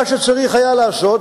מה שצריך היה לעשות,